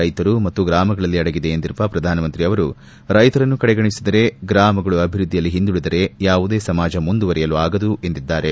ರೈತರು ಮತ್ತು ಗ್ರಾಮಗಳಲ್ಲಿ ಅಡಗಿದೆ ಎಂದಿರುವ ಪ್ರಧಾನಮಂತ್ರಿ ಅವರು ರೈತರನ್ನು ಕಡೆಗಣಿಸಿದರೆ ಗ್ರಾಮಗಳು ಅಭಿವೃದ್ದಿಯಲ್ಲಿ ಹಿಂದುಳದರೆ ಯಾವುದೇ ಸಮಾಜ ಮುಂದುವರಿಯಲು ಆಗದು ಎಂದಿದ್ದಾರೆ